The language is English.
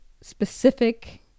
specific